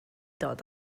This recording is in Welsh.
dod